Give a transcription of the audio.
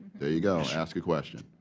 there you go. ask a question.